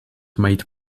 made